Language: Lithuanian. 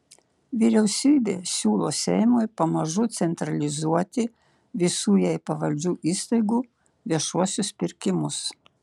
vyriausybė siūlo seimui pamažu centralizuoti visų jai pavaldžių įstaigų viešuosius pirkimus